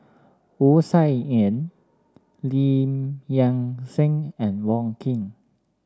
Wu Tsai Yen Lim Nang Seng and Wong Keen